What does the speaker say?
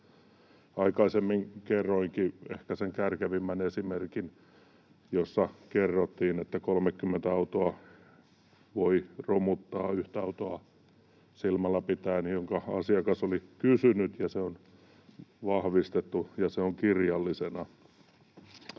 Aikaisemmin kerroinkin ehkä sen kärkevimmän esimerkin: kerrottiin, että 30 autoa voi romuttaa yhtä autoa silmällä pitäen, mistä asiakas oli kysynyt, ja se on vahvistettu, ja se on kirjallisena.